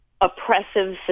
oppressive